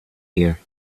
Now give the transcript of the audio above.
here